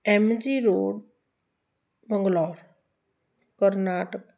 M G road Bangalore Karnataka